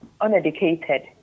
uneducated